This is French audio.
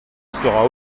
sera